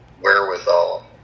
wherewithal